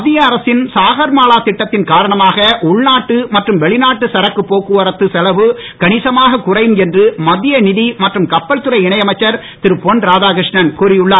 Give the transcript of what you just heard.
மத்திய அரசின் சாகர் மாலா திட்டத்தின் காரணமாக உள்நாட்டு மற்றும் வெளிநாட்டு சரக்கு போக்குவரத்து செலவு கனிசமாக குறையும் என்று மத்திய நிதி மன்றும் கப்பல் துறை இணையமைச்சர் திரு பொன் ராதாகிருஷ்ணன் கூறியுள்ளார்